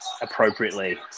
appropriately